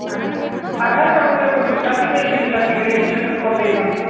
ଆଜ୍ଞା ଆଉ ଆଧାର କାର୍ଡ୍ ମୁଁ ଏବେ ମୁଁ ଡାକି ଦେଇ ଥିବି ସାର୍ ଟିକେ ରେଜିଷ୍ଟ୍ରେସନ୍ କରି ଦେଇଥାନ୍ତୁ